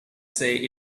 say